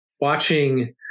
watching